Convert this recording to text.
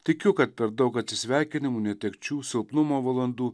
tikiu kad per daug atsisveikinimų netekčių silpnumo valandų